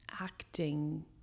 acting